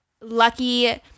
lucky